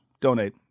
donate